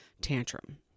tantrum